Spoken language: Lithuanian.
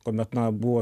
kuomet na buvo